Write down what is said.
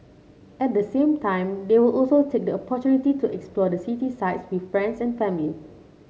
at the same time they will also take the opportunity to explore the city sights with friends and family